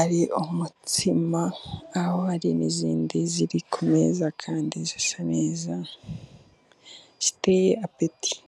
ari umutsima, aho hari n'izindi ziri ku meza kandi zisa neza ziteye apeti.